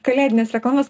kalėdines reklamas